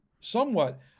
somewhat